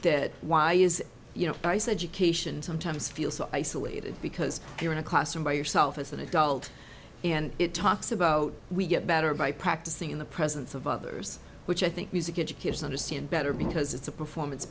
that why is you know i said you cation sometimes feel so isolated because you're in a classroom by yourself as an adult and it talks about we get better by practicing in the presence of others which i think music educators understand better because it's a performance